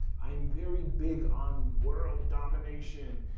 i am very big on world domination,